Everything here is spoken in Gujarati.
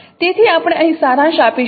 તેથી આપણે અહીં સારાંશ આપીશું